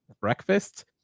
breakfast